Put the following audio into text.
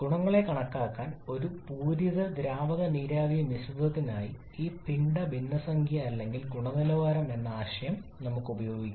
ഗുണങ്ങളെ കണക്കാക്കാൻ ഒരു പൂരിത ദ്രാവക നീരാവി മിശ്രിതത്തിനായി ഈ പിണ്ഡ ഭിന്നസംഖ്യ അല്ലെങ്കിൽ ഗുണനിലവാരം എന്ന ആശയം നമുക്ക് ഉപയോഗിക്കാം